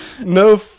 no